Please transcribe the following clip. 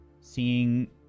seeing